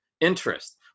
interest